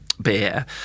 beer